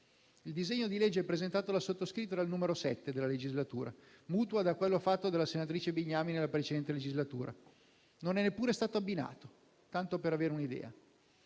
Il disegno di legge presentato dal sottoscritto era il n. 7 della legislatura e mutua da quello fatto dalla senatrice Bignami in quella precedente: non è neppure stato abbinato, tanto per avere un'idea.